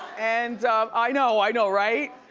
and i know, i know, right?